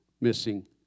missing